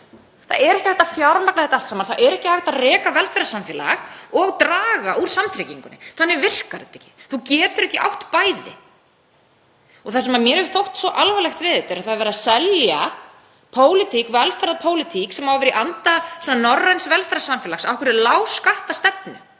Það er ekki hægt að fjármagna þetta allt saman. Það er ekki hægt að reka velferðarsamfélag og draga úr samtryggingunni. Þannig virkar þetta ekki. Þú getur ekki átt bæði. Það sem mér hefur þótt svo alvarlegt við þetta er að það er verið að selja velferðarpólitík sem á að vera í anda norræns velferðarsamfélags. Af hverju lágskattastefnu?